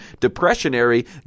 depressionary